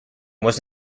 was